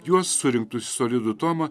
juos surinktus į solidų tomą